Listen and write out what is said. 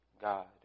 God